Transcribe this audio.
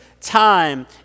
time